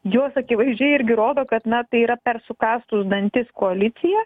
jos akivaizdžiai irgi rodo kad na tai yra per sukąstus dantis koalicija